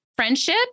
friendship